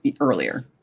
earlier